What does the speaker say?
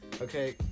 Okay